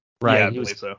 Right